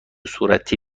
صورتی